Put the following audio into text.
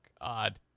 God